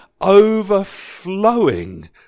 overflowing